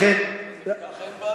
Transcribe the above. ככה הם פעלו.